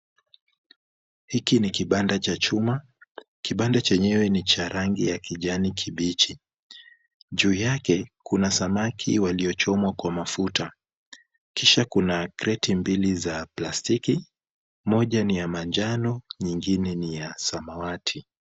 Hiki ni kibanda cha chuma. Kibanda chenyewe ni cha rangi ya kijani kibichi. Juu yake, kuna samaki waliochomwa kwa mafuta, kisha kuna kreti mbili za plastiki, moja ni ya manjano nyingine ni ya samawati.